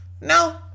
No